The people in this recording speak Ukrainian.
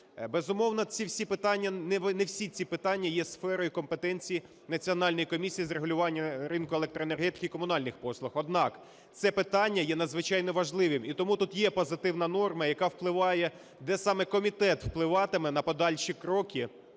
Безумовно, не всі ці питання є сферою компетенції Національної комісії з регулювання ринку електроенергетики і комунальних послуг. Однак це питання є надзвичайно важливим. І тому тут є позитивна норма, яка впливає… де саме комітет впливатиме на подальші кроки